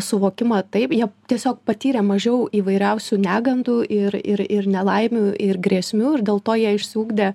suvokimą taip jie tiesiog patyrė mažiau įvairiausių negandų ir ir nelaimių ir grėsmių ir dėl to jie išsiugdė